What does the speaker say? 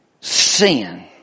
Sin